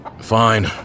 Fine